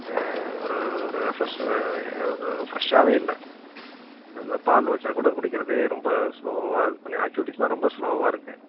ஒரு ஒரு ரெஃப்ரஸ் ஃப்ரஷ்ஷாகவே இல்லை இந்த பால் வைச்சாக் கூட குடிக்கிறதே ரொம்ப ஸ்லோவாக இது பண்ணி ஆக்டிவிட்டிஸ்லாம் ரொம்ப ஸ்லோவாக இருக்குது